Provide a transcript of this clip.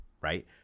right